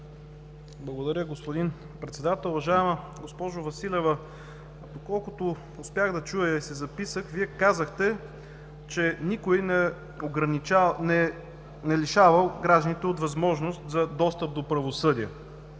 Благодаря, господин Председател. Уважаема госпожо Василева, доколкото успях да чуя и си записах, Вие казахте, че никой не лишава гражданите от възможност за достъп до правосъдие.